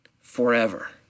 forever